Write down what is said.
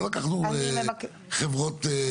אנחנו לא לקחנו חברות ניהול.